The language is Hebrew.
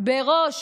בראש